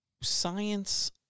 science